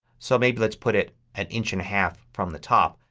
so maybe let's put it an inch and a half from the top.